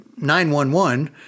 911